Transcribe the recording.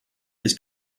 his